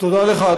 תודה לך,